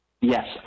Yes